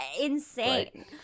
insane